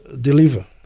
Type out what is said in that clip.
deliver